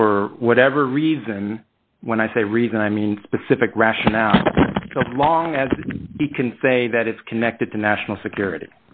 for whatever reason when i say reason i mean specific rationale long as he can say that it's connected to national security